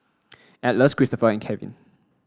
Atlas Christopher and Kevin